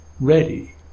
ready